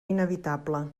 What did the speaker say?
inevitable